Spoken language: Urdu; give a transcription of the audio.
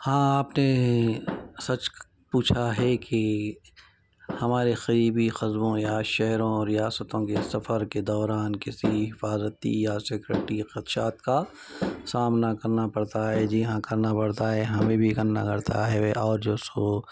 ہاں آپ نے سچ پوچھا ہے کہ ہمارے قریبی قصبوں یا شہروں اور ریاستوں کے سفر کے دوران کسی حفاظتی یا سیکیورٹی خدشات کا سامنا کرنا پڑتا ہے جی ہاں کرنا پڑتا ہے ہمیں بھی کرنا پڑتا ہے اور جو ہے سو